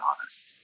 honest